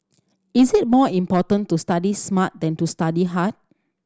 it is more important to study smart than to study hard